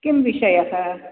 किं विषयः